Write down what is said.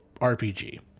RPG